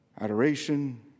Adoration